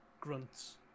grunts